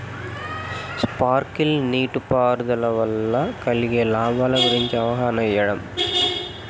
Sprinkle నీటిపారుదల వల్ల కలిగే లాభాల గురించి అవగాహన ఇయ్యడం?